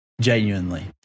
genuinely